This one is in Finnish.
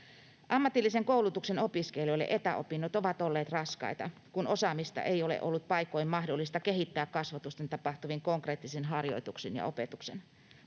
Ammatillisen koulutuksen opiskelijoille etäopinnot ovat olleet raskaita, kun osaamista ei ole ollut paikoin mahdollista kehittää kasvotusten tapahtuvin konkreettisin harjoituksin ja opetuksin.